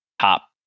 top